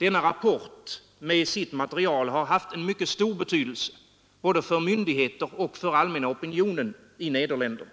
Denna rapport med sitt material har haft en mycket stor betydelse både för myndigheter och för den allmänna opinionen i Nederländerna,